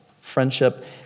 Friendship